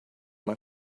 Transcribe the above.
uma